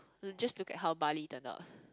to just look at how Bali turn out ah